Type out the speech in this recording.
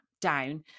down